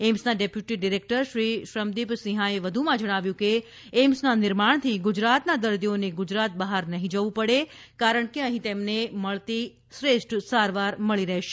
એઇમ્સના ડેપ્યુટી ડિરેકટરશ્રી શ્રમદીપ સિંહાએ વધુમાં કહ્યું છે કે એઇમ્સના નિર્માણથી ગુજરાતના દર્દીઓને ગુજરાત બહાર નહિ જવું પડે કારણ કે અહીં તેમને મળી શ્રેષ્ઠ સારવાર મળી રહેશે